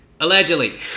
Allegedly